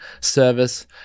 service